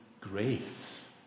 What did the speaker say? grace